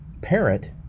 parent